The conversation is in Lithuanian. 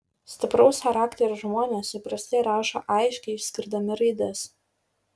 stipraus charakterio žmonės įprastai rašo aiškiai išskirdami raides